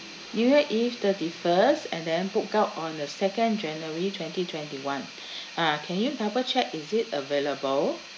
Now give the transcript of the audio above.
new year eve thirty first and then book out on the second january twenty twenty one ah can you double check is it available